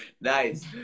Nice